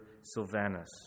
Sylvanus